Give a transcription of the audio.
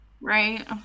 right